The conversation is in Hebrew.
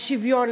על שוויון,